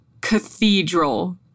cathedral